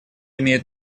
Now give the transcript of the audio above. имеет